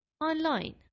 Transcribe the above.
Online